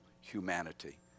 humanity